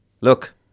Look